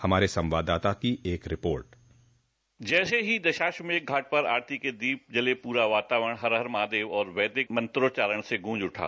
हमारे संवाददाता की एक रिपोर्ट जैसे ही दशाश्वमेध घाट पर आरती के दीप जले पूरा वातावरण हर हर महादेव ओर वैदिक मंत्रोच्चारण से ग्रंज उठा